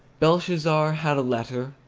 belshazzar had a letter,